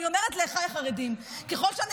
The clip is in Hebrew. אני אומרת לאחיי החרדים: ככל שאני